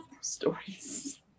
stories